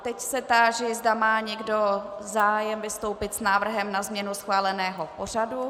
Teď se táži, zda má někdo zájem vystoupit s návrhem na změnu schváleného pořadu.